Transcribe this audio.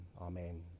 Amen